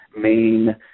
main